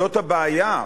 זאת הבעיה,